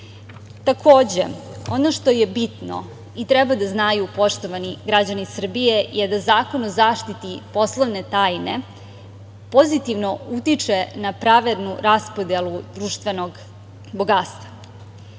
tajne. Takođe, ono što je bitno i treba da znaju poštovani građani Srbije je Zakon o zaštiti poslovne tajne, pozitivno utiče na pravednu raspodelu društvenog bogatstva.